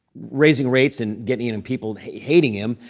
raising rates and getting and people hating him.